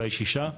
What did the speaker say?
אולי שישה,